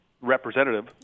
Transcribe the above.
representative